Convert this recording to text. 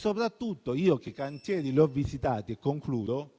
Concludendo: di cantieri ne ho visitati e da